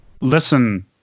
Listen